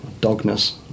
dogness